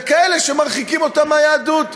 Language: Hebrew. וכאלה שמרחיקים אותם מהיהדות.